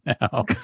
now